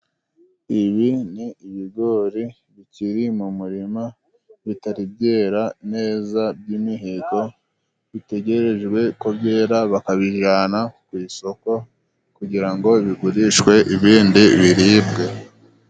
Ibi ni ibigori bikiri mu murima bitari byera neza by'imiheto， bitegerejwe ko byera bakabijana ku isoko， kugira ngo bigurishwe ibindi biribwe.